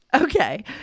okay